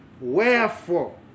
Wherefore